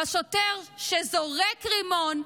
אבל שוטר שזורק רימון,